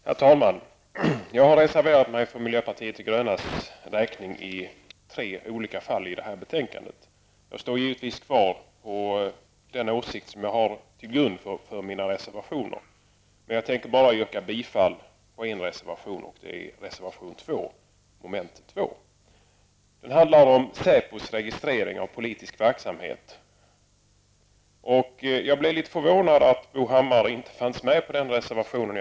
Herr talman! Jag har reserverat mig för miljöpartiet de grönas räkning i tre olika fall i det här betänkandet. Jag står givetvis fast vid de åsikter som ligger till grund för mina reservationer, men jag tänker yrka bifall bara till en reservation, nämligen reservation 2. Den handlar om SÄPOs registrering av politisk verksamhet. Jag blev litet förvånad över att Bo Hammar inte fanns med på den reservationen.